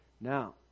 now